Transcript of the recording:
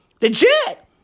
Legit